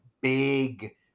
big